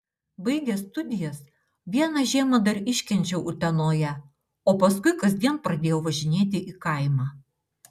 baigęs studijas vieną žiemą dar iškenčiau utenoje o paskui kasdien pradėjau važinėti į kaimą